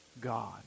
God